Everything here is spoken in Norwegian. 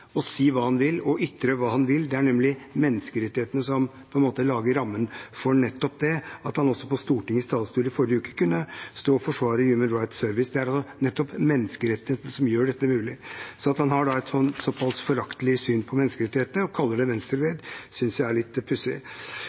si hva han vil, og ytre hva han vil. Det er nemlig menneskerettighetene som lager rammene for nettopp det – også at han på Stortingets talerstol i forrige uke kunne stå og forsvare Human Rights Service. Det er nettopp menneskerettighetene som gjør dette mulig. Så at han har et så foraktelig syn på menneskerettighetene og kaller det venstrevridd, synes jeg er litt pussig.